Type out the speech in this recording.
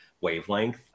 wavelength